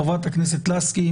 חברת הכנסת לסקי,